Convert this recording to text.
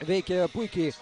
veikia puikiai